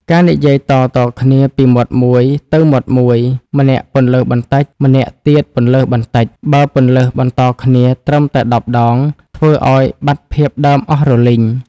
ការនិយាយតៗគ្នាពីមាត់មួយទៅមាត់មួយ ម្នាក់ពន្លើសបន្តិច ម្នាក់ទៀតពន្លើសបន្តិច។ បើពន្លើសបន្តគ្នាត្រឹមតែដប់ដង ធ្វើឱ្យបាត់ភាពដើមអស់រលីង។